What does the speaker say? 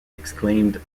exclaimed